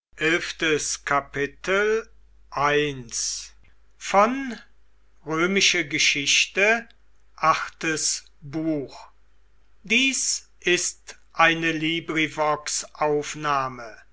sind ist eine